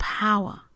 power